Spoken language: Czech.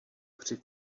při